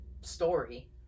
story